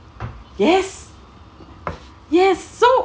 yes yes so